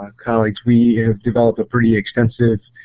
ah colleagues we have developed a pretty extensive